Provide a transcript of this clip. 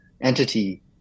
entity